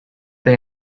they